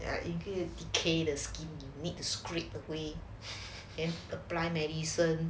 there are included decay the scheme need to scrape away then apply medicine